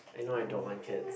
I know I don't want cats